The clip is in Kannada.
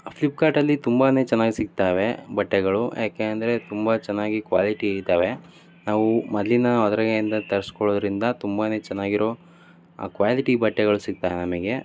ಫ್ಲಿಪ್ಕಾರ್ಟಲ್ಲಿ ತುಂಬಾ ಚೆನ್ನಾಗಿ ಸಿಗ್ತವೆ ಬಟ್ಟೆಗಳು ಯಾಕೆ ಅಂದರೆ ತುಂಬ ಚೆನ್ನಾಗಿ ಕ್ವಾಲಿಟಿ ಇದ್ದಾವೆ ನಾವು ಮೊದಲಿಂದ ತರ್ಸ್ಕೊಳ್ಳೋದರಿಂದ ತುಂಬಾ ಚೆನ್ನಾಗಿರೋ ಕ್ವಾಲಿಟಿ ಬಟ್ಟೆಗಳು ಸಿಗ್ತವೆ ನಮಗೆ